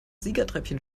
siegertreppchen